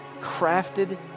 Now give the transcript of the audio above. crafted